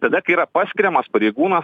tada kai yra paskiriamas pareigūnas